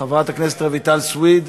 חברת הכנסת רויטל סויד,